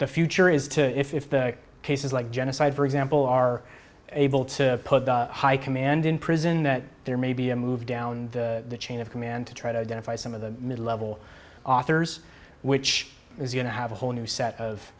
the future is to if the cases like genocide for example are able to put the high command in prison that there may be a move down the chain of command to try to identify some of the mid level authors which is going to have a whole new set of